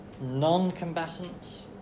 non-combatants